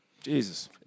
Jesus